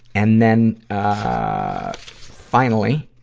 and then, ah, finally